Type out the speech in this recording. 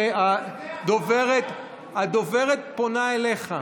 והדוברת פונה אליך.